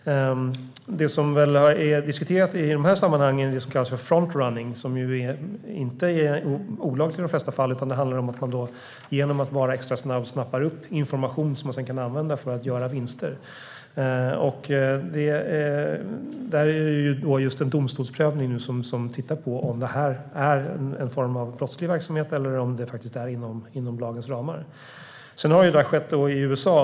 Det som har diskuterats i det här sammanhanget är det som kallas front running. Det är i de flesta fall inte olagligt, utan det handlar om att vara extra snabb att snappa upp information som sedan kan användas för att göra vinster. Det sker just nu en domstolsprövning av om detta är en form av brottslig verksamhet eller om det är inom lagens ramar. Högfrekvenshandel har skett i USA.